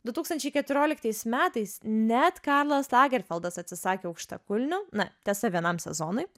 du tūkstančiai keturioliktais metais net karlas lagerfeldas atsisakė aukštakulnių na tiesa vienam sezonui